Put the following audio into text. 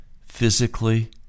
physically